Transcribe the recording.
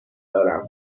دارم